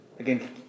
Again